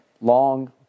Long